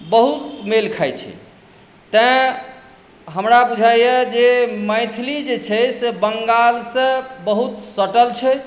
बहुत मेल खाइत छै तैँ हमरा बुझाइए जे मैथिली जे छै से बंगालसँ बहुत सटल छै